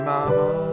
Mama